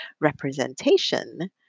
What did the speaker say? representation